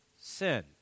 sin